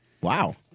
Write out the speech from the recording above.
Wow